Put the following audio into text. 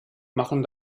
machen